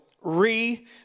Re